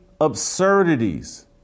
absurdities